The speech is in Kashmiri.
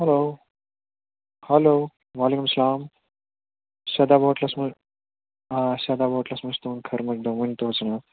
ہیلو ہیٚلو وعلیکُم سلام سداب ہوٹلَس منٛز آ سداب ہوٹلَس منٛز چھُ تُہنٛد خٲرمقدم ؤنۍ توجناب